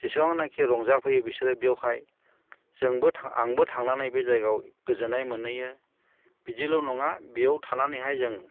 जेसेबांनाखि रंजाफैयो बिसोरो बेयावहाय जोंबो आंबो थांनानै बे जायगायाव गोजोननाय मोनहैयो बिदिल' नङा बेयाव थानानैहाय जों